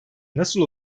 nasıl